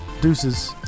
deuces